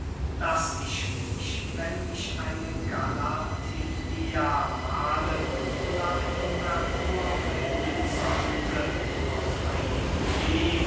daß ich mich wenn ich eine galathea mahlen oder einen merkur bilden sollte auf eine idee